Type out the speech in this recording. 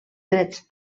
drets